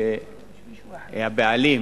שהבעלים,